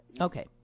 Okay